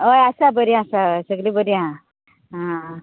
हय आसा बरीं आसा हय सगली बरीं आसा हां